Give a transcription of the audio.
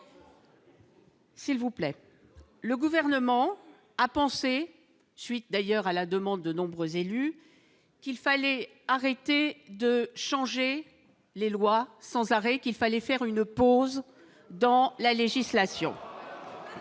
au sujet. Le Gouvernement a pensé, à la suite d'ailleurs de la demande de nombreux élus, qu'il fallait arrêter de changer les lois sans arrêt et que nous devions faire une pause dans la législation.